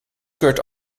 keurt